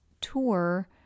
tour